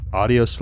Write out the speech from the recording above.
audio